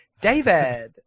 David